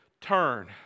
turn